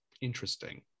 interesting